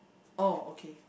oh okay